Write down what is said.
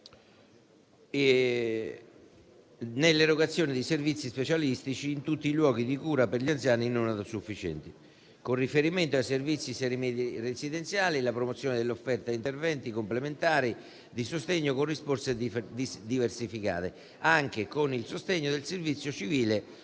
nell'erogazione dei servizi specialistici in tutti i luoghi di cura per gli anziani non autosufficienti. Con riferimento ai servizi residenziali, si dispone poi la promozione dell'offerta di interventi complementari di sostegno con risposte diversificate, anche con il sostegno del servizio civile